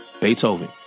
Beethoven